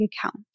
account